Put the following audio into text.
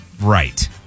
Right